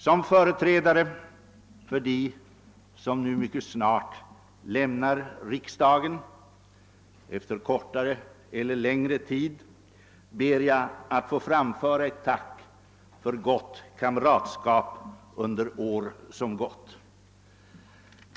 Som företrädare för dem som mycket snart lämnar riksdagen efter kortare eller längre tid här ber jag att få framföra ett tack för gott kamratskap under år som gått.